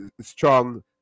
strong